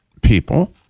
people